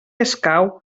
escau